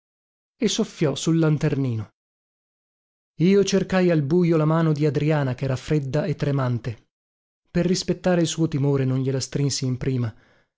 e soffiò sul lanternino io cercai al bujo la mano di adriana chera fredda e tremante per rispettare il suo timore non gliela strinsi in prima